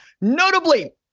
Notably